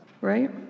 right